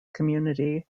community